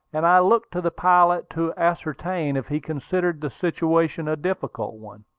and i looked to the pilot to ascertain if he considered the situation a difficult one.